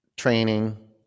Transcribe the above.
training